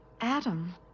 Adam